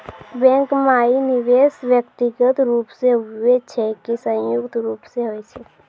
Bank माई निवेश व्यक्तिगत रूप से हुए छै की संयुक्त रूप से होय छै?